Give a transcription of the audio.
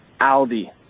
Aldi